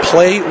Play